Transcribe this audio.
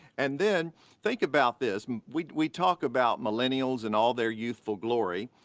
and then think about this. we we talk about millennials and all their youthful glory,